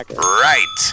Right